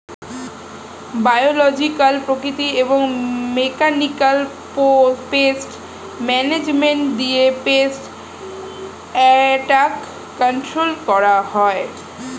biological, প্রাকৃতিক এবং mechanical pest management দিয়ে পেস্ট অ্যাটাক কন্ট্রোল করা হয়